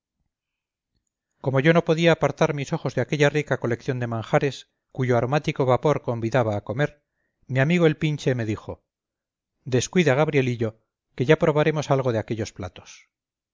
como yo no podía apartar mis ojos de aquella rica colección de manjares cuyo aromático vapor convidaba a comer mi amigo el pinche me dijo descuida gabrielillo que ya probaremos algo de aquellos platos